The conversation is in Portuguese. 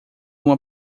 uma